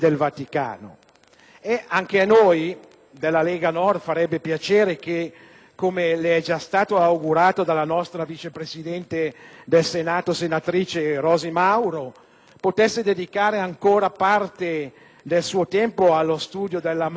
Anche a noi della Lega Nord farebbe piacere - come le è già stato augurato dalla nostra vice presidente del Senato Rosi Mauro - che potesse dedicare ancora parte del suo tempo allo studio della marineria